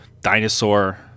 dinosaur